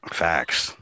facts